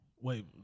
Wait